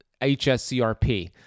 HSCRP